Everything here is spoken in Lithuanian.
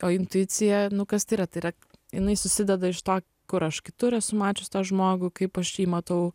o intuicija nu kas tai yra tai yra jinai susideda iš to kur aš kitur esu mačius tą žmogų kaip aš jį matau